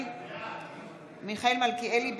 אינה נוכחת מיכאל מלכיאלי,